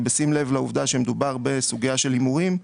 ובשים לב לעובדה שמדובר בסוגייה של הימורים,